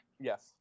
Yes